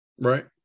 Right